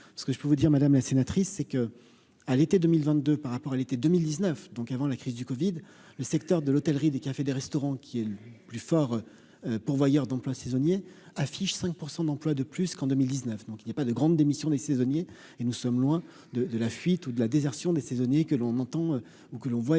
ce que je peux vous dire madame la sénatrice, c'est que, à l'été 2022 par rapport à l'été 2019, donc avant la crise du Covid, le secteur de l'hôtellerie, des cafés, des restaurants qui est le plus fort pourvoyeur d'emplois saisonniers affiche 5 % d'emplois de plus qu'en 2019, donc il n'y a pas de grande démission des saisonniers et nous sommes loin de de la fuite ou de la désertion des saisonniers, que l'on entend ou que l'on voit évoquée